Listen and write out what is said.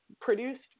produced